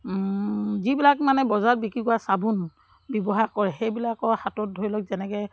যিবিলাক মানে বজাৰত বিক্ৰী কৰা চাবোন ব্যৱহাৰ কৰে সেইবিলাকৰ হাতত ধৰি লওক যেনেকৈ